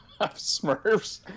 Smurfs